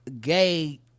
gay